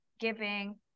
giving